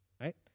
right